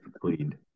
cleaned